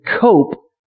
cope